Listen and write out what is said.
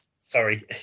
sorry